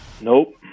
Nope